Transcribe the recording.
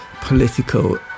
political